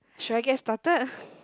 should I get started